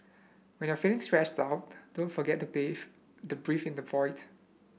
when you are feeling stressed out don't forget the base the breathe in the void